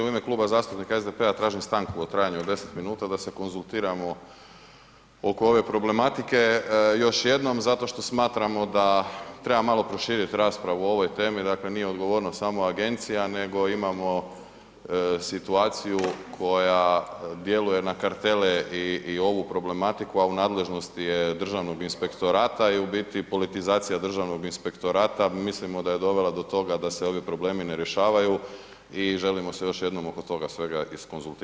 U ime Kluba zastupnika SDP-a tražim stanku od trajanju od 10 minuta da se konzultiramo oko ove problematike još jednom zato što smatramo da treba malo proširiti raspravu o ovoj temi, dakle nije odgovornost samo agencija nego imamo situaciju koja djeluje na kartele i ovu problematiku a u nadležnosti je Državnog inspektorata i u biti politizacija Državnog inspektorata, mislimo da je dovela do toga da se ovdje problemi ne rješavaju i želimo se još jednom oko toga svega izkonzultirati.